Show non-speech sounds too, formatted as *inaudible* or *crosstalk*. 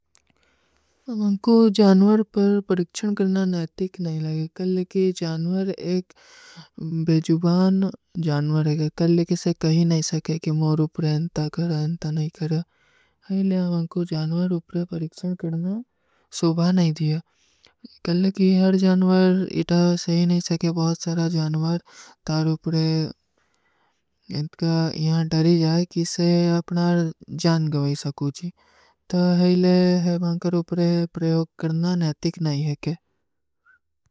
ମୈଂକୋ ଜାନଵର ପର ପରିକ୍ଷନ କରନା ନାଇତିକ ନହୀଂ ଲଗେ। କଲ କି ଜାନଵର ଏକ ବେଜୁବାନ ଜାନଵର ହୈ। କଲ କିସେ କହୀଂ ନହୀଂ ସକେ କି ମୋର ଉପରେ ହୈଂତା କର, ହୈଂତା ନହୀଂ କର। ହେଲେ ମୈଂକୋ ଜାନଵର ଉପରେ ପରିକ୍ଷନ କରନା ସୋଭାଁ ନହୀଂ ଦିଯା। କଲ କି ହର ଜାନଵର ଇତା ସହୀ ନହୀଂ ସକେ, ବହୁତ ସାରା ଜାନଵର ତାର ଉପରେ *hesitation* ହୈଂତା କର ଯହାଂ ଢରୀ ଜାଏ କିସେ ଅପନା ଜାନ ଗଵଈ ସକୂଝୀ। ତା ହେଲେ ହୈଂ ବାଂକର ଉପରେ ପରିକ୍ଷନ କରନା ନାଇତିକ ନହୀଂ ହୈ କେ।